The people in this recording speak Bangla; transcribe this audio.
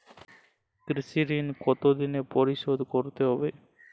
কৃষি ঋণ কতোদিনে পরিশোধ করতে হবে?